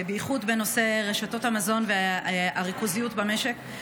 ובייחוד בנושא רשתות המזון והריכוזיות במשק.